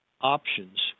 options